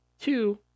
two